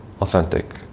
authentic